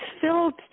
filled